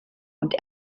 und